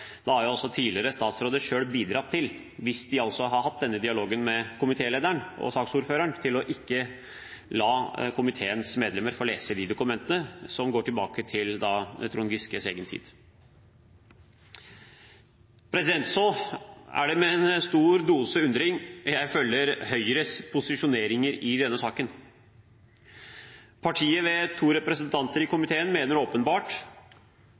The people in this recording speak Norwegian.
da selv bidratt til – hvis de altså har hatt denne dialogen med komitélederen og saksordføreren om ikke å la komiteens medlemmer få lese de dokumentene, som går tilbake til Trond Giskes egen tid. Så er det med en stor dose undring jeg følger Høyres posisjoneringer i denne saken. Partiet, ved to representanter i komiteen, mener åpenbart